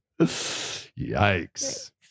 Yikes